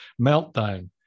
meltdown